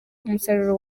umusaruro